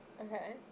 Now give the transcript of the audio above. Okay